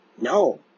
No